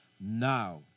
now